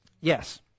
Yes